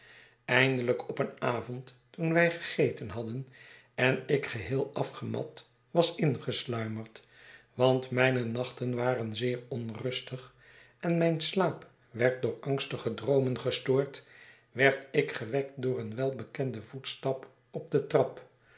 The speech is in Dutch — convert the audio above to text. eindelijk op een avond toen wij gegeten hadden en ik geheel afgemat was ingesluimerd want mijne nachten waren zeer onrustig en mijn slaap werd door angstige droomen gestoord werd ik gewekt door een welbekenden voetstap op de trap